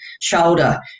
shoulder